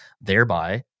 thereby